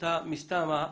אתה מסתמא,